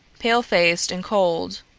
pale-faced and cold.